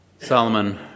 Solomon